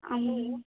हां